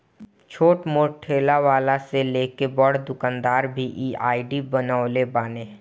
छोट मोट ठेला वाला से लेके बड़ दुकानदार भी इ आई.डी बनवले बाने